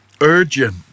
urgent